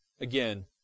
again